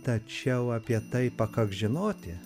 tačiau apie tai pakaks žinoti